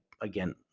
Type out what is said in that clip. again